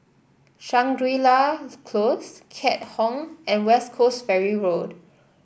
Shangri La Close Keat Hong and West Coast Ferry Road